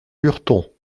lurton